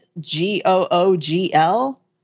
G-O-O-G-L